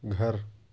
گھر